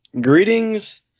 greetings